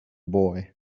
boy